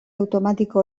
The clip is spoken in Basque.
automatiko